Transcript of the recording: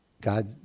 God